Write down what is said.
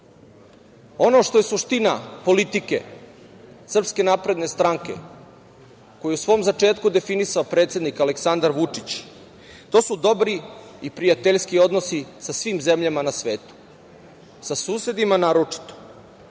što je suština politike SNS, koju je u svom začetku definisao predsednik Aleksandar Vučić, to su dobri i prijateljski odnosi sa svim zemljama na svetu, sa susedima naročito. Srpska